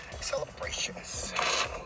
celebrations